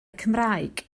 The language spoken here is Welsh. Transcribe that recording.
cymraeg